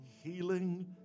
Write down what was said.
Healing